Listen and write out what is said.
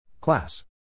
Class